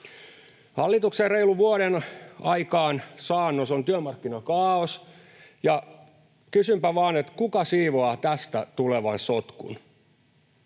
Hallituksen reilun vuoden aikaansaannos on työmarkkinakaaos, ja kysynpä vaan, kuka siivoaa tästä tulevan sotkun.